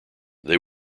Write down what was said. they